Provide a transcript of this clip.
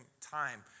time